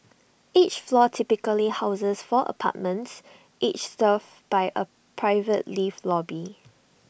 each floor typically houses four apartments each served by A private lift lobby